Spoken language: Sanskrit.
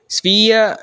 स्वीय